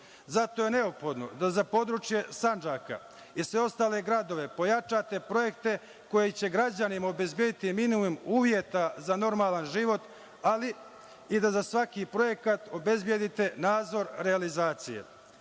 Zato je neophodno da za područje Sandžaka i sve ostale gradove pojačate projekte koji će građanima obezbediti minimum uvjeta za normalan život, ali i da za svaki projekat obezbedite nadzor realizacije.S